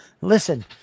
Listen